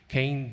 Cain